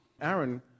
Aaron